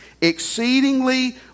exceedingly